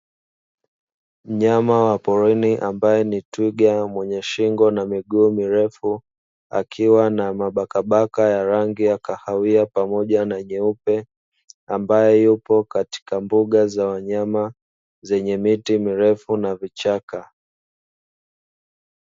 Mnyama wa porini ambaye ni twiga mwenye shingo na miguu mirefu akiwa na mabakabaka ya rangi ya kahawia pamoja na nyeupe, ambaye yupo katika mbuga za wanyama zenye miti mirefu na vichaka.